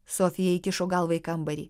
sofija įkišo galvą į kambarį